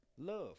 Love